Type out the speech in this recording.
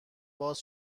باز